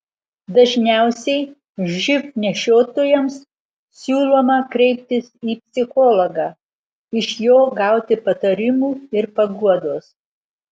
dažniausiai živ nešiotojams siūloma kreiptis į psichologą iš jo gauti patarimų ir paguodos